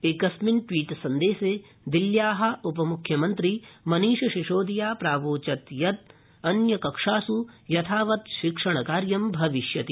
एकस्मिन् ट्वीट सन्देशे दिल्ल्या उपम्ख्यमन्त्री मनीषसिसोदिया प्रावोचत् यत् अन्यकक्षास् यथावत् शिक्षणं भविष्यति